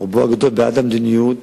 בעד המדיניות